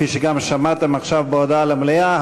כפי שגם שמעתם עכשיו בהודעה למליאה,